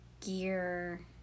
gear